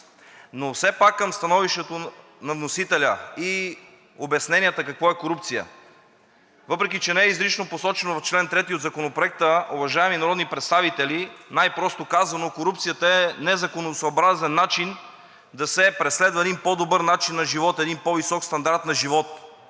Но все пак към становището на вносителя и обясненията какво е корупция. Въпреки че не е изрично посочено в чл. 3 от Законопроекта, уважаеми народни представители, най-просто казано корупцията е незаконосъобразен начин да се преследва един по добър начин на живот, един по-висок стандарт на живот.